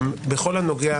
בכל הנוגע